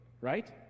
Right